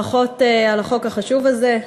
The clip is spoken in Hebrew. ברכות על החוק החשוב הזה.